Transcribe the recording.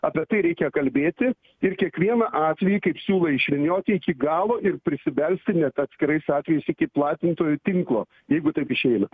apie tai reikia kalbėti ir kiekvieną atvejį kaip siūlą išvynioti iki galo ir prisibelsti net atskirais atvejais iki platintojų tinklo jeigu taip išeina